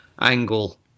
angle